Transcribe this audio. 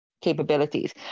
capabilities